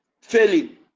failing